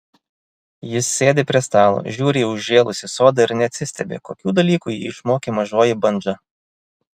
jis sėdi prie stalo žiūri į užžėlusį sodą ir neatsistebi kokių dalykų jį išmokė mažoji bandža